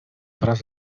wraz